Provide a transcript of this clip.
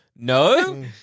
No